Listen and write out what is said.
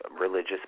religious